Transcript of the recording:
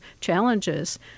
challenges